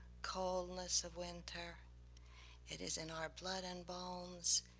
coldness of winter it is in our blood and bones,